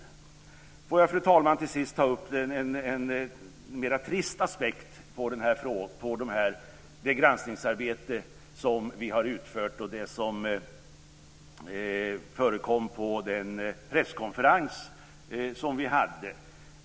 Till sist, fru talman, vill jag ta upp en mer trist aspekt på det granskningsarbete som vi har utfört och på det som förekom på den presskonferens som vi hade.